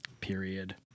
period